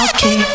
Okay